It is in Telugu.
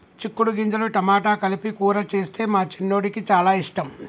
చిక్కుడు గింజలు టమాటా కలిపి కూర చేస్తే మా చిన్నోడికి చాల ఇష్టం